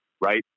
right